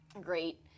great